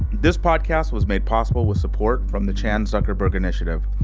this podcast was made possible with support from the chan zuckerberg initiative,